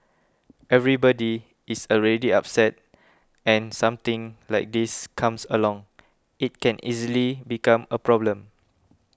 everybody is already upset and something like this comes along it can easily become a problem